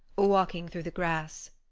walking through the grass?